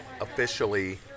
officially